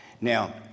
Now